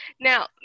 Now